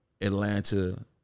Atlanta